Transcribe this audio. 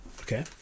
Okay